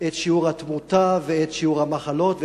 את שיעור התמותה ואת שיעור המחלות.